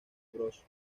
bros